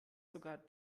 sogar